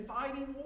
fighting